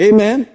Amen।